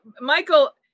Michael